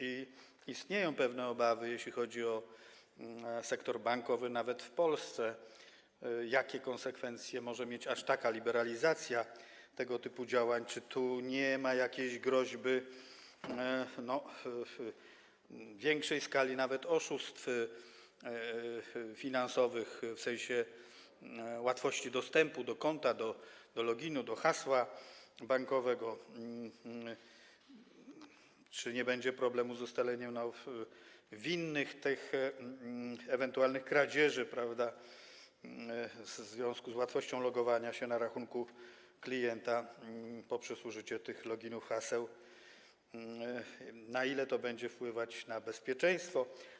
Istnieją pewne obawy, jeśli chodzi o sektor bankowy w Polsce, o to, jakie konsekwencje może mieć aż taka liberalizacja tego typu działań, czy tu nie ma jakiejś groźby większej skali oszustw finansowych w sensie łatwości dostępu do konta, loginu, hasła bankowego, czy nie będzie problemu z ustaleniem winnych ewentualnych kradzieży w związku z łatwością logowania się na rachunku klienta poprzez użycie tych loginów i haseł i na ile to będzie wpływać na bezpieczeństwo.